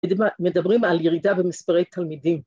‫מדברים על ירידה במספרי תלמידים.